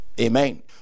amen